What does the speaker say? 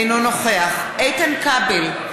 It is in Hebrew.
אינו נוכח איתן כבל,